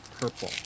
purple